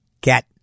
get